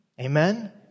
Amen